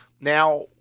Now